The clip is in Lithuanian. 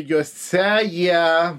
juose jie